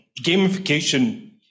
gamification